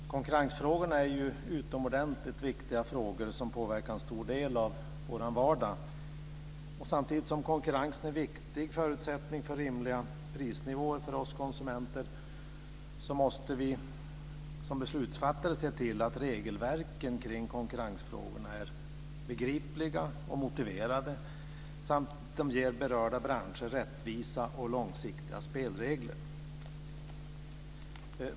Fru talman! Konkurrensfrågorna är utomordentligt viktiga frågor som påverkar en stor del av vår vardag. Samtidigt som konkurrensen är en viktig förutsättning för rimliga prisnivåer för oss konsumenter så måste vi som beslutsfattare se till att regelverken kring konkurrensfrågorna är begripliga och motiverade samt att de ger berörda branscher rättvisa och långsiktiga spelregler.